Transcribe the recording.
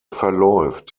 verläuft